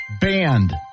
Band